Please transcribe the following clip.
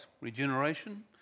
regeneration